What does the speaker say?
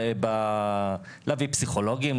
להביא פסיכולוגים,